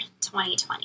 2020